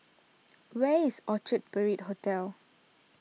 where is Orchard Parade Hotel